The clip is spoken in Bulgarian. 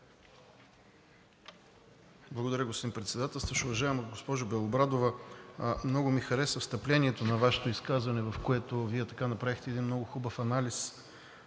Благодаря, господин Председателстващ. Уважаема госпожо Белобрадова, много ми хареса встъплението на Вашето изказване, в което Вие направихте един много хубав анализ